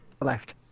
left